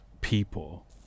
people